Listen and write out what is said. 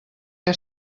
què